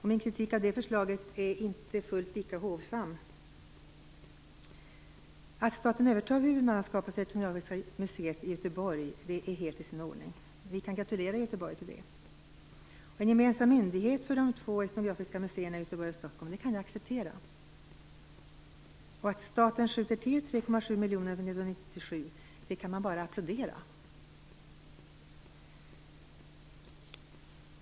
Min kritik av det förslaget är inte fullt lika hovsam. Att staten övertar huvudansvaret för Etnografiska museet i Göteborg är helt i sin ordning. Vi kan gratulera Göteborg till det. Jag kan också acceptera en gemensam myndighet för de två etnografiska museerna i Göteborg och Stockholm, och man kan bara applådera att staten skjuter till 3,7 miljoner kronor för 1997.